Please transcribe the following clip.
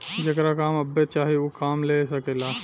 जेकरा काम अब्बे चाही ऊ काम ले सकेला